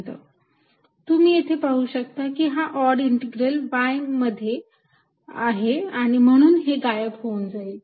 येथे तुम्ही पाहू शकता की हा ऑड इंटेग्रेल y मध्ये आणि म्हणून हे गायब होऊन जाईल